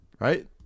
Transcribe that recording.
Right